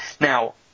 Now